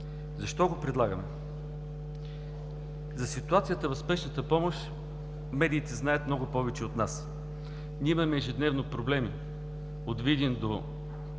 Защо го предлагаме? За ситуацията в спешната помощ медиите знаят много повече от нас. Ние имаме ежедневно проблеми от Видин до